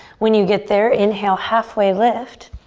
when you get there, inhale, halfway lift.